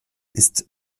ist